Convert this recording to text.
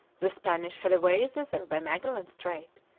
the spanish had a way thither by magellan's strait,